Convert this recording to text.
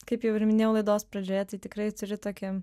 kaip jau ir minėjau laidos pradžioje tai tikrai turi tokį